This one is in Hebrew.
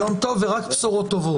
יום טוב ורק בשורות טובות זה הכי חשוב.